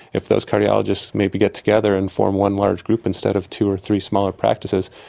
if those cardiologists maybe get together and form one large group instead of two or three smaller practices,